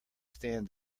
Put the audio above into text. stand